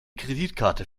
kreditkarte